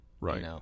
Right